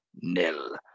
nil